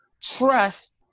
trust